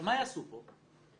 מה יעשו פה?